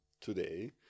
today